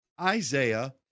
Isaiah